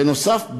בנוסף,